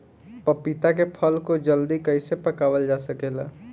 पपिता के फल को जल्दी कइसे पकावल जा सकेला?